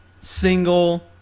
single